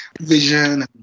vision